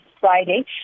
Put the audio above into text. Friday